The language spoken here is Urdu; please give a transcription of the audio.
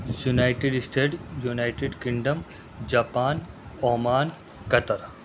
United State United Kingdom Japan Oman Qatar